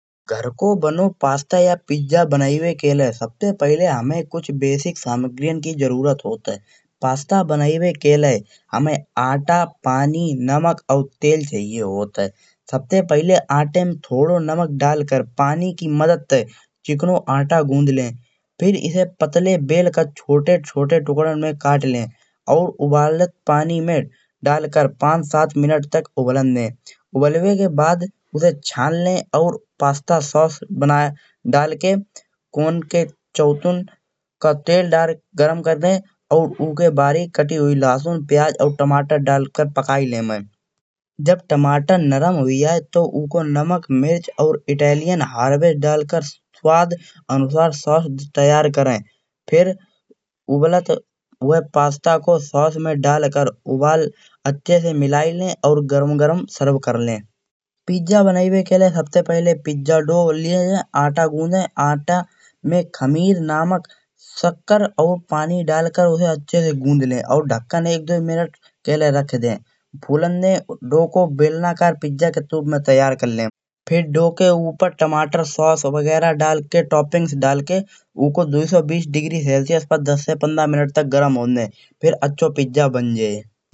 घर को बनो पास्ता या पिज्जा बनैबे के लै सबसे पहिले हामें कुछ बुनियादी सामग्रीयन की जरुरत होत हैं। पास्ता बनैबे के लै हामें आटा पानी नमक और तेल चाही होत हैं। सबसे पहिले आटे में थोड़ो नमक डालकर पानी की मदद ते चिकनो आटा गुथ ले। फिर इसे पतले बेलकर छोटे छोटे टुकड़न में काट ले और उबलत पानी में डालकर पाँच सात मिनट तक उबालन दे। उबालबे के बाद उसे छानले और पास्ता सॉस डल के कवन के चौथुन का तेल डालकर गर्म कर दे और अक्खे बारीक काटी हुई लहसुन प्याज और टमाटर डालकर पकाई लेव। जब टमाटर नरम हुय जाइ तो उन्को नमक मिर्च और इटैलियन हर्वेस डालकर स्वाद अनुसार सॉस तैयार करै। फिर उबलत हुए पास्ता को सॉस में डालकर उबल अच्छे से मिलाई ले और गरम गरम सर्व कर ले। पिज्जा बनैबे के लै सबसे पहिले पिज्जा डोल ले आईये आटा गुंदे आटा में खमीर नमक सक़्कर और पानी डालकर उसे अच्छे से गुंद ले और ढक्कन एक दो मिनट के लै रख दे। फूलेन दे और दो को बेलनाकर पिज्जा के रूप में तैयार कर ले। फिर दो के ऊपर टमाटर सॉस बगैरा डलके टॉपिंग्स डलके उखो दो सौ बाईस डिग्री सेल्सियस पर दस से पंद्रह मिनट तक गरम होन दे फिर अच्छा पिज्जा बन जाइहे।